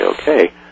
okay